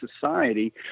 society